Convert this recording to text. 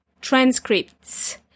transcripts